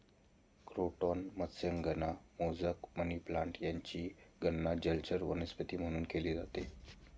croton मत्स्यांगना, mosaic, money plant यांचीही गणना जलचर वनस्पती म्हणून केली जाते